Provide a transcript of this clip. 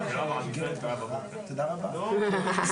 מאוד חשוב שהדברים האלה יהיו על השולחן כי עלו הרבה הערות